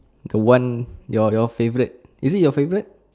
the one your your favourite is it your favourite